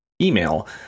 email